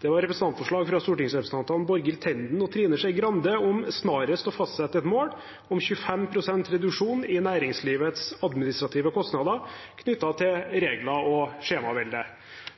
Det var et representantforslag fra stortingsrepresentantene Borghild Tenden og Trine Skei Grande om snarest å fastsette et mål om 25 pst. reduksjon i næringslivets administrative kostnader knyttet til regler og skjemavelde.